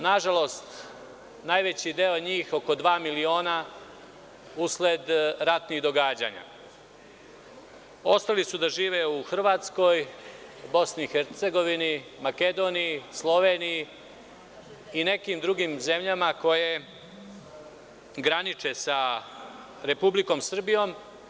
Nažalost, najveći deo njih, negde oko dva miliona, usled ratnih događanja ostali su da žive u Hrvatskoj, BiH, Makedoniji, Sloveniji i nekim drugim zemljama koje graniče sa Republikom Srbijom.